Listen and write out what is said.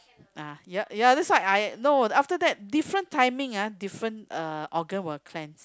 ah ya ya that's why I know after that different timing ah different uh organ will cleanse